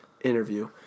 interview